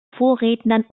vorrednern